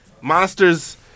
Monsters